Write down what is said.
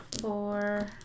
four